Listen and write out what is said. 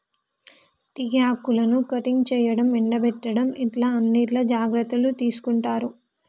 tea ఆకులను cutting చేయడం, ఎండపెట్టడం ఇట్లా అన్నిట్లో జాగ్రత్తలు తీసుకుంటారు